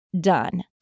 done